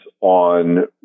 on